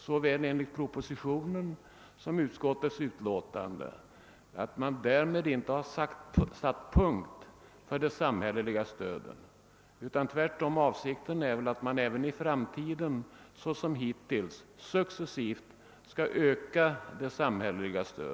Såväl enligt propositionen som enligt utskottsutlåtandet är avsikten därmed inte att man har satt punkt för utvecklingen av det samhälle liga stödet; avsikten är tvärtom att man i framtiden som hittills successivt skall utöka detta.